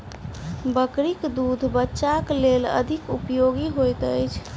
बकरीक दूध बच्चाक लेल अधिक उपयोगी होइत अछि